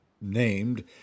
named